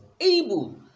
able